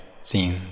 seen